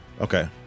Okay